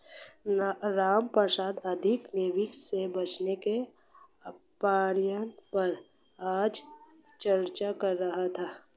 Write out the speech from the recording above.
रामप्रसाद अधिक निवेश से बचने के उपायों पर आज चर्चा कर रहा था